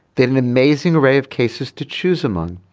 then an amazing array of cases to choose among.